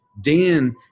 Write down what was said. Dan